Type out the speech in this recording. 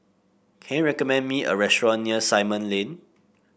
can you recommend me a restaurant near Simon Lane